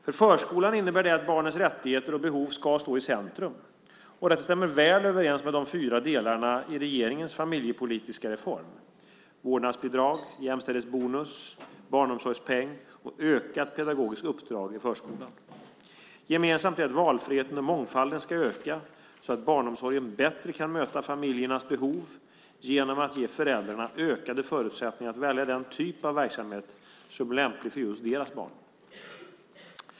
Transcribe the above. För förskolan innebär det att barnets rättigheter och behov ska stå i centrum. Detta stämmer väl överens med de fyra delarna i regeringens familjepolitiska reform: vårdnadsbidrag, jämställdhetsbonus, barnomsorgspeng och ökat pedagogiskt uppdrag i förskolan. Gemensamt är att valfriheten och mångfalden ska öka, så att barnomsorgen bättre kan möta familjernas behov genom att ge föräldrarna ökade förutsättningar att välja den typ av verksamhet som är lämplig för just deras barn.